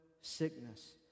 sickness